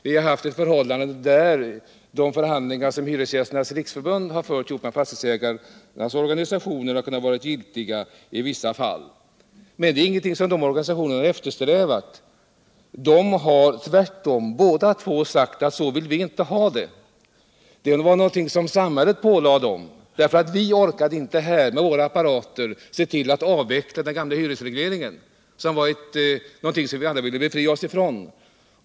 Vi har haft ett förhållande där de förhandlingar som Hyresgästernas riksförbund fört med fastighetsägarnas organisationer kunnat vara giltiga i vissa fall. Men det är inget som dessa organisationer har eftersträvat. De har tvärtom båda sagt att de inte vill ha det ordnat på det sättet. Det är någonting som samhället ålagt dem. Vi orkade från samhället med våra apparater inte avveckla den gamla hyresregleringen. som vi ville befria oss från.